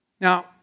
Now